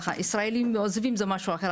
ישראלים עוזבים זה משהו אחר.